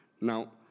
Now